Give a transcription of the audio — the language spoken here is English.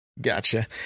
Gotcha